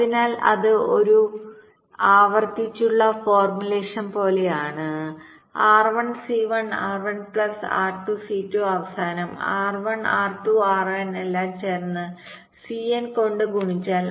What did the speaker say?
അതിനാൽ അത് ഒരു ആവർത്തിച്ചുള്ള ഫോർമുലേഷൻ പോലെയാണ് R1 C1 R1 plus R2 C2 അവസാനം R1 R2 RN എല്ലാം ചേർന്ന് CN കൊണ്ട് ഗുണിച്ചാൽ